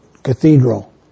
cathedral